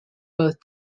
both